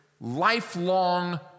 lifelong